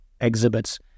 exhibits